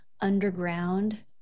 underground